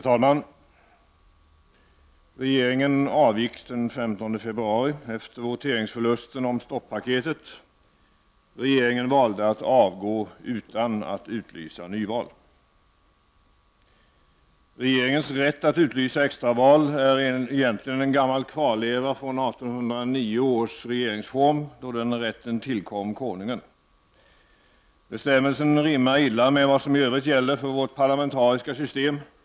Herr talman! Regeringen avgick den 15 februari efter voteringsförlusten om stoppaketet. Regeringen valde att avgå utan att utlysa nyval. Regeringens rätt att utlysa extraval är egentligen en gammal kvarleva från 1809 års regeringsform, då den rätten tillkom konungen. Bestämmelsen rimmar illa med vad som i övrigt gäller för vårt parlamentariska system.